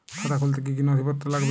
খাতা খুলতে কি কি নথিপত্র লাগবে?